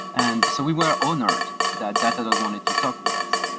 and so we were honored that datadog wanted to talk with us.